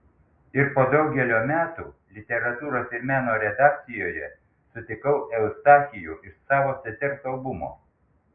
ir po daugelio metų literatūros ir meno redakcijoje sutikau eustachijų iš savo sesers albumo